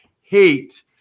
hate